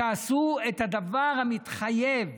תעשו את הדבר המתחייב